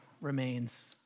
remains